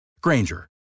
Granger